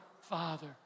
Father